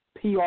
PR